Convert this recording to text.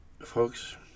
folks